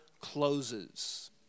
closes